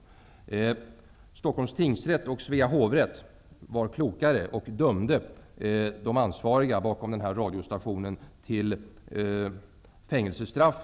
På Stockholms tingsrätt och Svea hovrätt var man klokare och dömde de ansvariga bakom en radiostation till fängelsestraff.